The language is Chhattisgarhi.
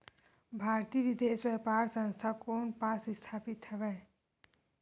भारतीय विदेश व्यापार संस्था कोन पास स्थापित हवएं?